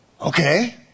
Okay